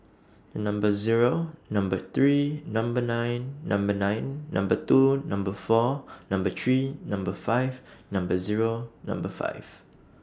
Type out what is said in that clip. The Number Zero Number three Number nine Number nine Number two Number four Number three Number five Number Zero Number five